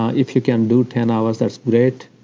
ah if you can do ten hours that's great,